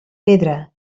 pedra